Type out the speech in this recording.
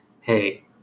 Hey